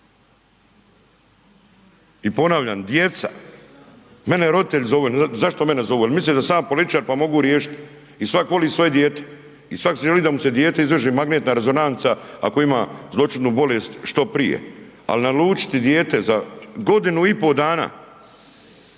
I ponavljam djeca, mene roditelji zovu, zašto mene zovu, jel misle da sam ja političar pa mogu riješiti. I svak voli svoje dijete i svak želi da mu se dijete … magnetna rezonanca ako ima zloćudnu bolest što prije, ali naručiti dijete za godinu i po dana